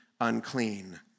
unclean